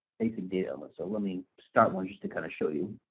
basic data, um and so let me start one just to kind of show you.